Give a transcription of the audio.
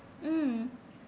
mm